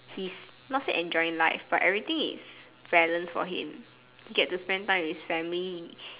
he's not say enjoying life but everything is balanced for him he get to spend time with his family